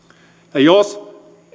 jos